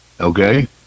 Okay